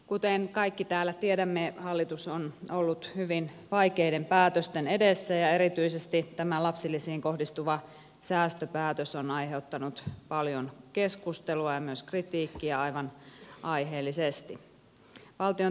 kuten kaikki täällä tiedämme hallitus on ollut hyvin vaikeiden päätösten edessä ja erityisesti tämä lapsilisiin kohdistuva säästöpäätös on aiheuttanut paljon keskustelua ja myös kritiikkiä aivan aiheellisesti